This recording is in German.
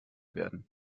werden